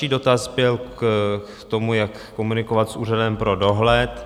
Další dotaz byl k tomu, jak komunikovat s úřadem pro dohled.